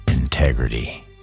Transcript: Integrity